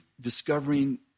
discovering